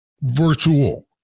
virtual